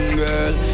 girl